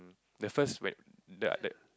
the first